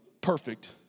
perfect